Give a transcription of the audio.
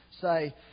say